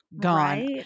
Gone